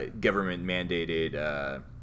government-mandated –